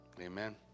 amen